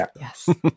yes